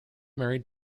married